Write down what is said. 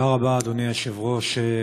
תודה רבה, אדוני היושב-ראש.